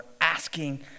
asking